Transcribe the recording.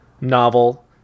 novel